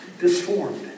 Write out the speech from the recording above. disformed